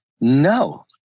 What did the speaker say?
no